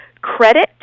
credit